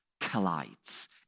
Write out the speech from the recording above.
collides